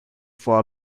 for